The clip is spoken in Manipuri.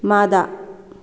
ꯃꯥꯗ